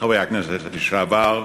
חברי הכנסת לשעבר,